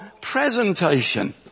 presentation